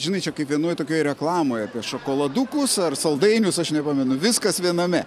žinai čia kiekvienoj tokioj reklamoj apie šokoladukus ar saldainius aš nepamenu viskas viename